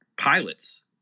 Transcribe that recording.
pilots